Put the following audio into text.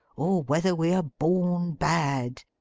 or whether we are born bad.